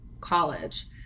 college